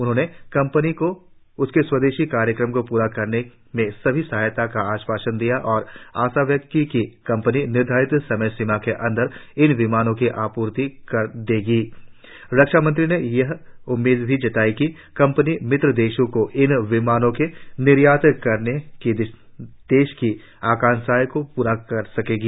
उन्होंने कंपनी को उसके स्वदेशी कार्यक्रमों को पूरा करने में सभी सहायता का आश्वासन दिया और आशा व्यक्त की कि कंपनी निर्धारित समय सीमा के अंदर इन विमानों की आपूर्ति कर देगी रक्षा मंत्री ने यह उम्मीद भी जताई की कंपनी मित्र देशों को इन विमानों के निर्यात करने की देश की महत्वाकांक्षा को प्रा कर सकेगी